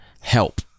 Help